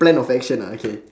plan of action ah okay